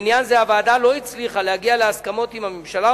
בעניין זה הוועדה לא הצליחה להגיע להסכמות עם הממשלה,